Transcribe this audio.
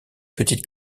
petites